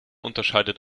unterscheidet